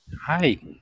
Hi